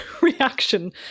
reaction